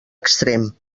extrem